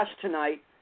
tonight